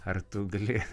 ar tu gali